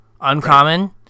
uncommon